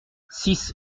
six